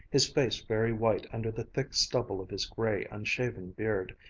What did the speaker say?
his face very white under the thick stubble of his gray, unshaven beard,